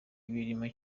ibirimo